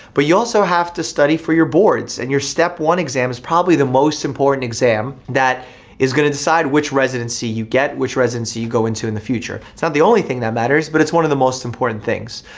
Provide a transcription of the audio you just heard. but you also have to study for your boards and your step one exam is probably the most important exam that is gonna decide which residency you get which residency you go into in the future. it's not the only thing that matters, but it's one of the most important things.